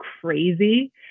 crazy